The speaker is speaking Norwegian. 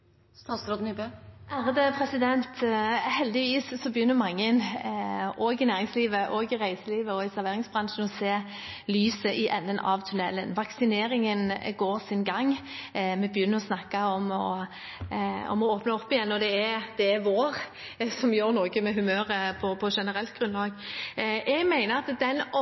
Heldigvis begynner mange i næringslivet, reiselivet og i serveringsbransjen å se lyset i enden av tunnelen. Vaksineringen går sin gang. Vi begynner å snakke om å åpne opp igjen, og det er vår, som gjør noe med humøret på generelt grunnlag. Jeg mener at